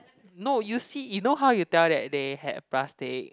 no you see you know how you tell that they had plastic